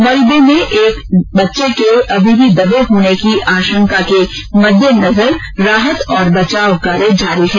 मलबे में एक अन्य बच्चे के दबे होने की आशंका के मद्देनजर राहत और बचाव कार्य जारी है